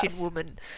woman